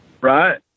right